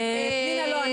יש